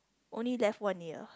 only left one year